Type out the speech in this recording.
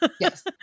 Yes